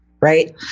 right